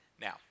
Now